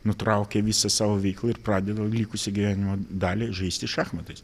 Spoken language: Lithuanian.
nutraukia visą savo veiklą ir pradeda likusį gyvenimo dalį žaisti šachmatais